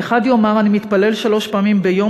האחד יאמר: אני מתפלל שלוש פעמים ביום,